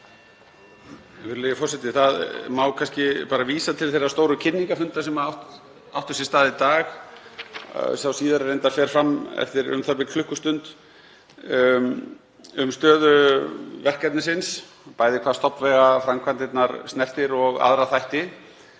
Það má kannski bara vísa til þeirra stóru kynningarfunda sem áttu sér stað í dag. Sá síðari fer reyndar fram eftir u.þ.b. klukkustund um stöðu verkefnisins, bæði hvað stofnvegaframkvæmdirnar snertir og aðra þætti.